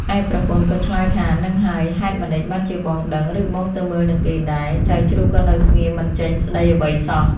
ឯប្រពន្ធក៏ឆ្លើយថា ហ្នឹងហើយ ហេតុម្ដេចបានជាបងដឹង ឬបងទៅមើលនឹងគេដែរ? ចៅជ្រូកក៏នៅស្ងៀមមិនចេញស្ដីអ្វីសោះ។